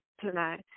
tonight